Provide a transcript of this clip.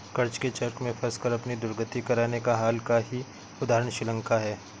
कर्ज के चक्र में फंसकर अपनी दुर्गति कराने का हाल का ही उदाहरण श्रीलंका है